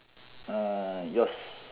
uh yours